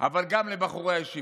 אבל גם לבחורי הישיבות.